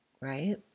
right